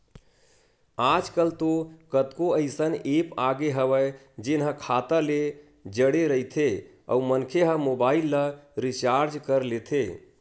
आजकल तो कतको अइसन ऐप आगे हवय जेन ह खाता ले जड़े रहिथे अउ मनखे ह मोबाईल ल रिचार्ज कर लेथे